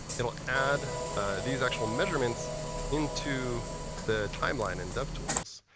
it will add these actual measurements into the timeline and devtools.